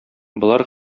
болар